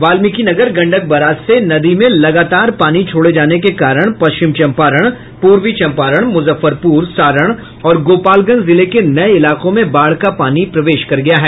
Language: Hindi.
वाल्मीकिनगर गंडक बराज से नदी में लगातार पानी छोड़े जाने के कारण पश्चिम चंपारण पूर्वी चंपारण मुजफ्फरपुर सारण और गोपालगंज जिले के नये इलाकों में बाढ़ का पानी प्रवेश कर रहा है